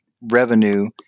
revenue